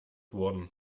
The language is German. wurden